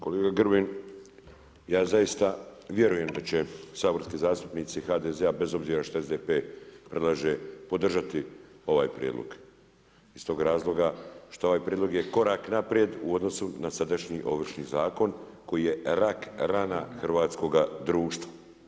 Kolega Grbin, ja zaista vjerujem da će saborski zastupnici HDZ-a, bez obzira što SDP predlaže, podržati ovaj Prijedlog iz tog razloga što ovaj Prijedlog je korak naprijed u odnosu na sadašnji Ovršni zakon koji je rak-rana hrvatskoga društva.